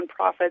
nonprofits